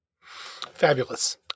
Fabulous